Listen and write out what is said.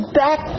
back